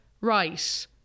right